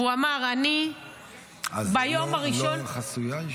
הוא אמר: אני ביום הראשון --- הישיבה לא חסויה?